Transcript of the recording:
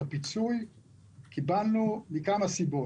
את הפיצוי קיבלנו בשל כמה סיבות.